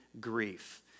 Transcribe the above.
grief